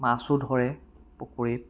মাছো ধৰে পুখুৰীত